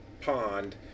pond